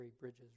Bridges